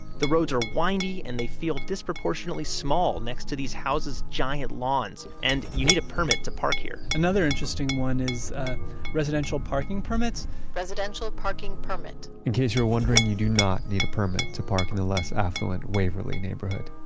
the roads are windy, and they feel disproportionately small next to these houses' giant lawns. and you need a permit to park here another interesting one is ah residential parking permits residential parking permit in case you're wondering you don't need a permit to park in the less affluent waverly neighborhood,